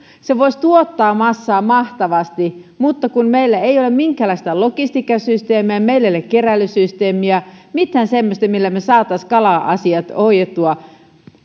se voisi tuottaa massaa mahtavasti mutta kun meillä ei ole minkäänlaista logistiikkasysteemiä meillä ei ole keräilysysteemiä mitään semmoista millä me saisimme kala asiat hoidettua